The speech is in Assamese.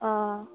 অঁ